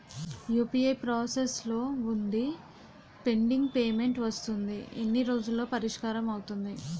UPI process లో వుందిపెండింగ్ payment వస్తుంది ఎన్ని రోజుల్లో పరిష్కారం అవుతుంది